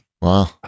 Wow